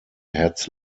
herz